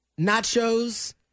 Nachos